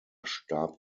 starb